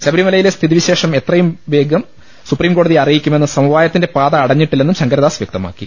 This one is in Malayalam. ശബരിമലയിലെ സ്ഥിതി വിശേഷം എത്രയും വേഗം സൂപ്രീംകോടതിയെ അറിയിക്കു മെന്ന് സമവായത്തിന്റെ പാത അടഞ്ഞിട്ടില്ലെന്നും ശങ്കരദാസ് വൃക്തമാക്കി